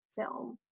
film